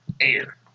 air